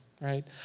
right